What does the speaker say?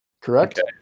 Correct